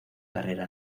carrera